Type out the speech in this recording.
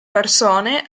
persone